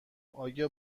آیا